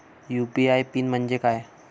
UPI PIN म्हणजे काय?